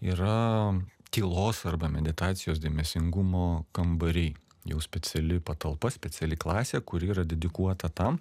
yra tylos arba meditacijos dėmesingumo kambariai jau speciali patalpa speciali klasė kuri yra dedikuota tam